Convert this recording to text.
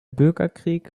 bürgerkrieg